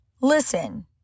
listen